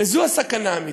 וזו הסכנה האמיתית.